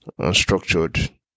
unstructured